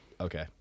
Okay